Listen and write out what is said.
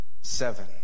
seven